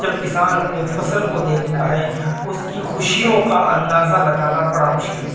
جب کسان اپنی فصل کو دیکھتا ہے اس کی خوشیوں کا اندازہ لگانا بڑا مشکل